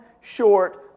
short